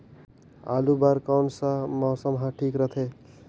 आलू बार कौन सा मौसम ह ठीक रथे?